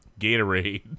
Gatorade